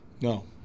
No